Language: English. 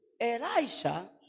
Elisha